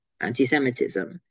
anti-Semitism